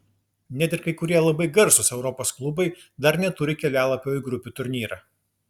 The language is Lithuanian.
net ir kai kurie labai garsūs europos klubai dar neturi kelialapio į grupių turnyrą